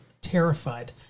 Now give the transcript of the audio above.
terrified